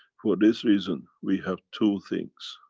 for this reason we have two things,